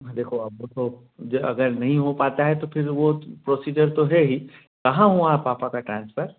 देखो अब तो जो अगर नहीं हो पाता है तो फिर वो प्रोसीजर तो है ही कहाँ हुआ है पापा का ट्रांस्फर